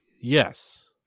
Yes